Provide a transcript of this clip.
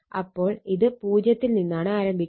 അപ്പോൾ ഇത് 0 യിൽ നിന്നാണ് ആരംഭിക്കുന്നത്